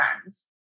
friends